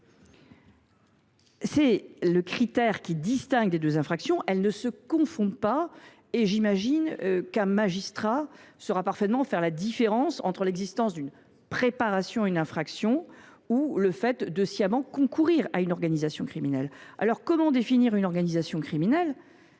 C’est ce critère qui distingue les deux infractions, qui ne se confondent pas, et j’imagine qu’un magistrat saura parfaitement faire la différence entre l’existence d’une préparation à une infraction et le fait de faire sciemment partie d’une organisation criminelle. Dès lors, comment définir une organisation criminelle ?